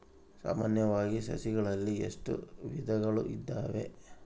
ಸಾಮಾನ್ಯವಾಗಿ ಸಸಿಗಳಲ್ಲಿ ಎಷ್ಟು ವಿಧಗಳು ಇದಾವೆ?